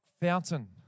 fountain